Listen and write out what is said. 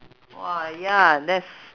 !wah! ya that's